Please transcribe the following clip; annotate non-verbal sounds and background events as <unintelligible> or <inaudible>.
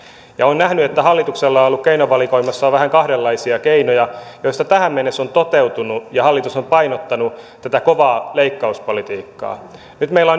olen nähnyt että hallituksella on ollut keinovalikoimassaan vähän kahdenlaisia keinoja joista tähän mennessä ovat toteutuneet ne joissa hallitus on painottanut tätä kovaa leikkauspolitiikkaa nyt meillä <unintelligible>